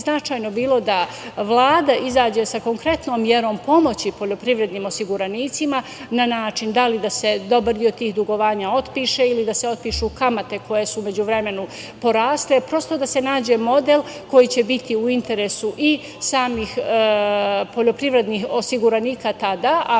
značajno bilo da Vlada izađe sa konkretnom merom pomoći poljoprivrednim osiguranicima, na način da li da se dobar deo tih dugovanja otpiše ili da se otpišu kamate koje su u međuvremenu porasle. Prosto da se nađe model koji će biti u interesu i samih poljoprivrednih osiguranika, tada, a